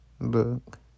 look